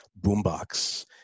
boombox